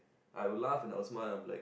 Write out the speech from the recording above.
I will laugh and I will smile like